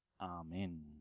Amen